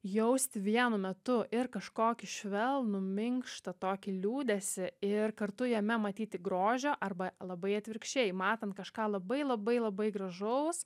jausti vienu metu ir kažkokį švelnų minkštą tokį liūdesį ir kartu jame matyti grožio arba labai atvirkščiai matant kažką labai labai labai gražaus